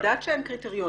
אני יודעת שאין קריטריונים,